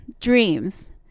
dreams